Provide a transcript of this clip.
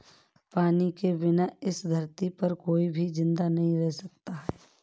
पानी के बिना इस धरती पर कोई भी जिंदा नहीं रह सकता है